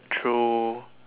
through